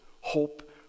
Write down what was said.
hope